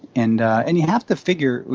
and and you have to figure,